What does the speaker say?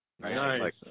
Nice